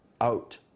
out